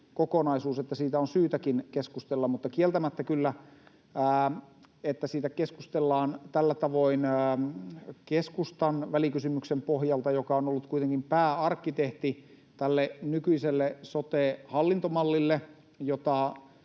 kokonaisuus, että siitä on syytäkin keskustella, mutta kieltämättä kyllä se, että siitä keskustellaan tällä tavoin keskustan välikysymyksen pohjalta, kun keskusta on ollut kuitenkin pääarkkitehti tälle nykyiselle sote-hallintomallille, jota